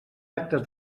actes